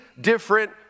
different